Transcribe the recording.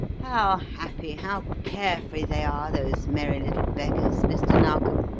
how happy, how care-free they are, those merry little beggars, mr. narkom.